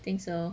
think so